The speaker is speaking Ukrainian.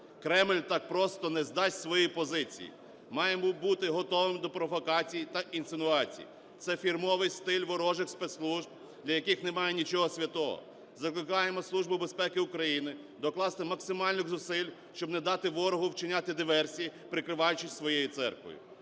Кремль так просто не здасть свої позиції. Маємо бути готовими до провокацій та інсинуацій – це фірмовий стиль ворожих спецслужб, для яких немає нічого святого. Закликаємо Службу безпеки України докласти максимальних зусиль, щоб не дати ворогу вчиняти диверсії, прикриваючись своєю церквою.